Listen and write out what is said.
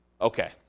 okay